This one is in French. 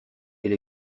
elle